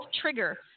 trigger